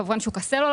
כמובן שוק הסלולר,